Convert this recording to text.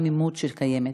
בגלל החמימות שקיימת.